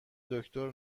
دکتر